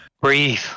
Breathe